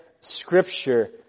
scripture